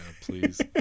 please